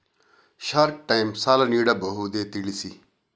Short time ಸಾಲ ನೀಡಬಹುದೇ ತಿಳಿಸಿ?